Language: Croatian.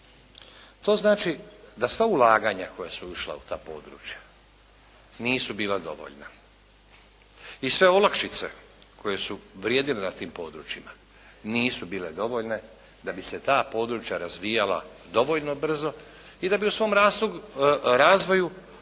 To znači da sva ulaganja koja su išla u ta područja, nisu bila dovoljna. I sve olakšice koje su vrijedile na tim područjima, nisu bile dovoljne da bi se ta područja razvijala dovoljno brzo i da bi u svom razvoju dostigla